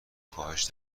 کاهش